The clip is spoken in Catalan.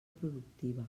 productiva